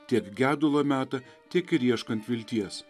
tiek gedulo metą tiek ir ieškant vilties